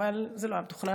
אבל זה לא היה מתוכנן,